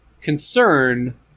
concern